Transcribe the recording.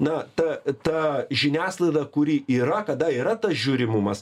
na ta ta žiniasklaida kuri yra kada yra tas žiūrimumas